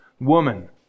woman